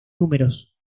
números